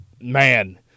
man